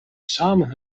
samen